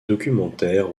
documentaires